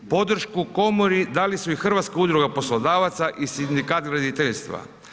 Podršku komori dali su i Hrvatska udruga poslodavaca i Sindikat graditeljstva.